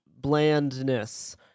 blandness